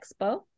expo